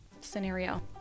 scenario